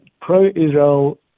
pro-Israel